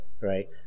right